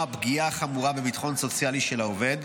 פגיעה חמורה בביטחון הסוציאלי של העובד,